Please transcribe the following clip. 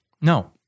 No